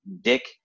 dick